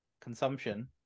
consumption